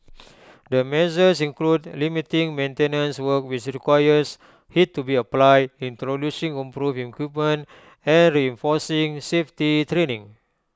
the measures include limiting maintenance work which requires heat to be applied introducing improving equipment and reinforcing safety training